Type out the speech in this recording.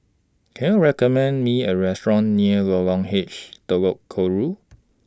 Can YOU recommend Me A Restaurant near Lorong H Telok Kurau